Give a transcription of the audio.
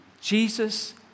Jesus